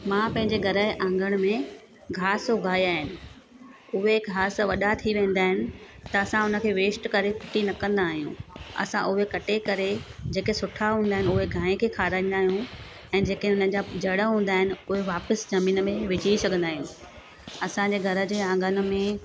मां पंहिंजे घर जे आंगण में घास उघाया आहिनि उहे घास वॾा थी वेंदा आहिनि त असां हुन खे वेस्ट करे फिटी न कंदा आहियूं असां उहे कटे करे जेके सुठा हूंदा आहिनि उहे गांइ खे खाराईंदा आहियूं ऐं जेके हुननि जा जड़ हूंदा आहिनि उहे वापसि ज़मीन में विझी सघंदा आहियूं असांजे घर जे आंगन में